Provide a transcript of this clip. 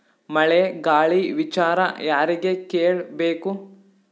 ಮಳೆ ಗಾಳಿ ವಿಚಾರ ಯಾರಿಗೆ ಕೇಳ್ ಬೇಕು?